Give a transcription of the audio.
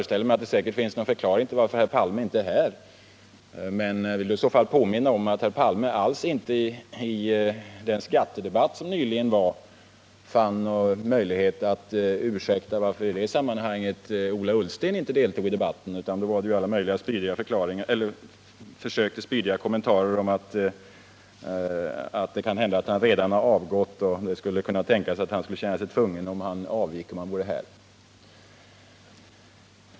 Säkert finns det någon förklaring till att herr Palme inte är här, men jag vill påminna om att herr Palme i den skattedebatt som nyligen fördes här alls inte fann någon möjlighet att ursäkta att Ola Ullsten inte deltog i diskussionen, utan gjorde alla möjliga försök till spydiga kommentarer om att han kanhända redan hade avgått eller att det skulle kunna tänkas att han skulle känna sig tvungen att avgå, om han vore här.